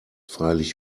freilich